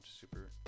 super